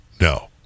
No